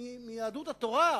מיהדות התורה,